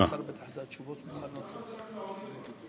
למה זה רק לעולים, אבל?